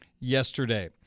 yesterday